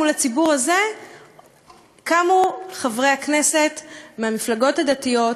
מול הציבור הזה קמו חברי הכנסת מהמפלגות הדתיות,